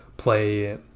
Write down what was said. play